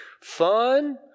fun